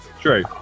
True